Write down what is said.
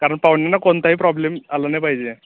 कारण पाहुण्यांना कोणताही प्रॉब्लेम आला नाही पाहिजे